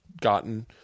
gotten